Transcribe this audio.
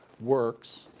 works